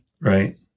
Right